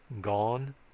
Gone